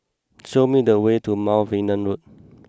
show me the way to Mount Vernon Road